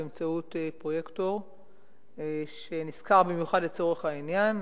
באמצעות פרויקטור שנשכר במיוחד לצורך העניין,